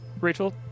Rachel